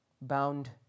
bound